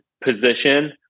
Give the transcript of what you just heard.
position